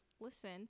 listen